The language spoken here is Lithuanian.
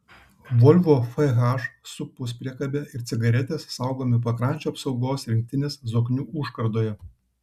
volvo fh su puspriekabe ir cigaretės saugomi pakrančių apsaugos rinktinės zoknių užkardoje